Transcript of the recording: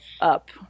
up